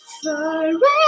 forever